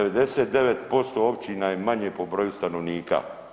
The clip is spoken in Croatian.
99% općina je manje po broju stanovnika.